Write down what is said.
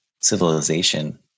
civilization